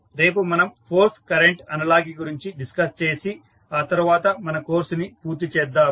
రేపు మనం force current analogy గురించి డిస్కస్ చేసి ఆ తర్వాత మన కోర్సు ని పూర్తి చేద్దాము